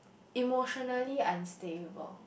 emotionally unstable